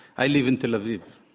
i live in tel aviv.